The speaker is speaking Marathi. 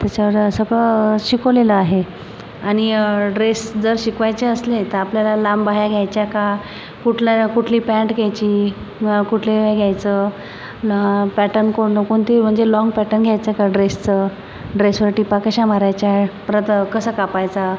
त्याच्या सगळं शिकवलेलं आहे आणि ड्रेस जर शिकवायचे असले तर आपल्याला लांब बाह्या घ्यायच्या का कुठल्या कुठली पॅन्ट घ्यायची कुठले घ्यायचं मग पॅटर्न कोणकोणते म्हणजे लॉन्ग पॅटर्न घ्यायचं का ड्रेसचं ड्रेसवर टिपा कशा मारायच्या परत कसा कापायचा